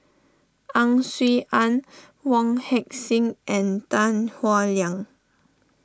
Ang Swee Aun Wong Heck Sing and Tan Howe Liang